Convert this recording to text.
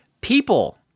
people